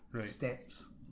steps